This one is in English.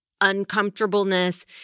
uncomfortableness